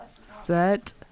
Set